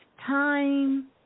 time